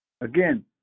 Again